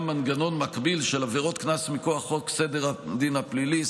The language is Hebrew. מנגנון של עבירות קנס מכוח חוק סדר הדין הפלילי,